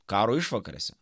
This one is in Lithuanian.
karo išvakarėse